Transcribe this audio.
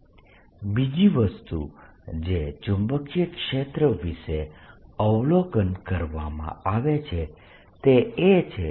r r pr3 બીજી વસ્તુ જે ચુંબકીય ક્ષેત્ર વિશે અવલોકન કરવામાં આવે છે તે એ છે